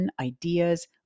ideas